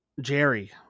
Jerry